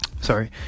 sorry